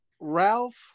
Ralph